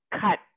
cut